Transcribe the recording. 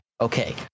okay